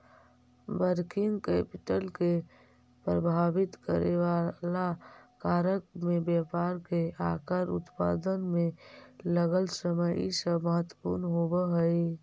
working capital के प्रभावित करेवाला कारक में व्यापार के आकार, उत्पादन में लगल समय इ सब महत्वपूर्ण होव हई